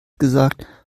gesagt